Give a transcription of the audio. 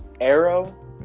Arrow